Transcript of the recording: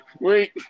Wait